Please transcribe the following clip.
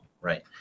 Right